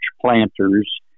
planters